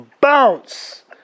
Bounce